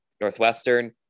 Northwestern